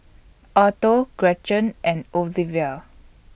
Otto Gretchen and Olevia